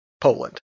Poland